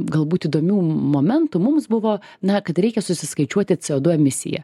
galbūt įdomių momentų mums buvo na kad reikia susiskaičiuoti co du emisiją